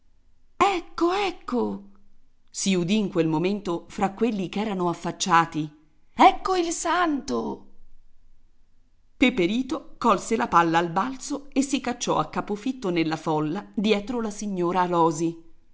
ecco ecco si udì in quel momento fra quelli ch'erano affacciati ecco il santo peperito colse la palla al balzo e si cacciò a capo fitto nella folla dietro la signora alòsi